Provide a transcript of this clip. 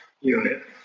unit